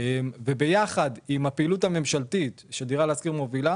ביחד עם הפעילות הממשלתית שדירה להשכיר מובילה